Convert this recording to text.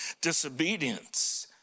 disobedience